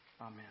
Amen